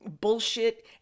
bullshit